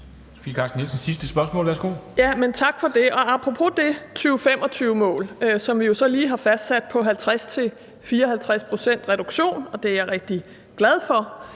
Tak for det. Apropos det 2025-mål, som vi lige har fastsat, på 50-54 pct.s reduktion – og det er jeg rigtig glad for